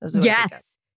Yes